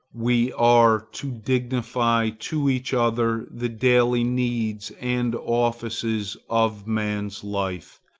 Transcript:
we are to dignify to each other the daily needs and offices of man's life,